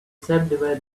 subdivide